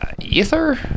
ether